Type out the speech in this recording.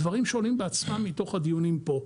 דברים שעולים בעצמם מתוך הדיונים פה.